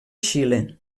xile